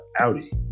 Audi